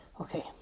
Okay